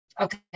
Okay